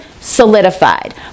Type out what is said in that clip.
solidified